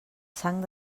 sang